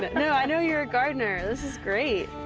but no, i know you're a gardener. this is great.